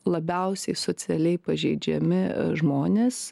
labiausiai socialiai pažeidžiami žmonės